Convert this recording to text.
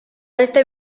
beste